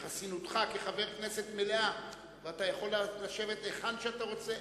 שחסינותך כחבר הכנסת מלאה ואתה יכול לשבת היכן שאתה רוצה,